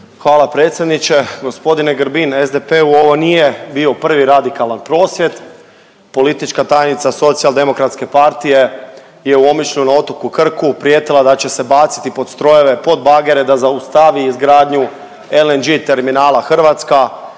Hvala predsjedniče. Gospodine Grbin SDP-u ovo nije bio prvi radikalan prosvjed, politička tajnica SDP-a je u Omišlju na Otoku Krku prijetila da će se baciti pod strojeve, pod bagere da zaustavi izgradnju LNG terminala Hrvatska.